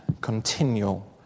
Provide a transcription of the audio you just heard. continual